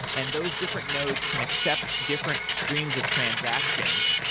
and those different nodes can accep different streams of transactions.